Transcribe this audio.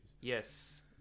Yes